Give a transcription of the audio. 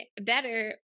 better